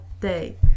day